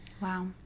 Wow